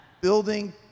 building